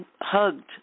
hugged